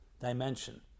dimension